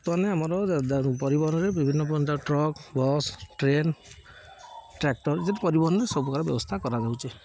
ବର୍ତ୍ତମାନେ ଆମରପରିବହନରେ ବିଭିନ୍ନ ପ୍ରକାର ଟ୍ରକ ବସ୍ ଟ୍ରେନ୍ ଟ୍ରାକ୍ଟର ଯଦି ପରିବହନରେ ସବୁ ପ୍ରକାର ବ୍ୟବସ୍ଥା କରାଯାଉଛି